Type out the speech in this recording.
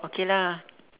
okay lah